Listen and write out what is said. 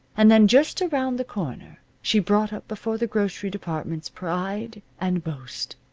and then, just around the corner, she brought up before the grocery department's pride and boast,